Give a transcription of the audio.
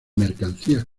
mercancías